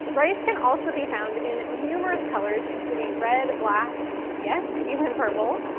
rice can also be found in numerous colors, including red, black, and yes, even purple,